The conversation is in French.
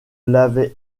l’avait